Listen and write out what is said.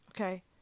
Okay